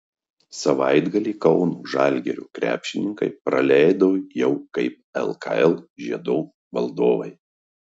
savaitgalį kauno žalgirio krepšininkai praleido jau kaip lkl žiedų valdovai